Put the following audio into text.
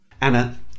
Anna